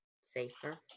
safer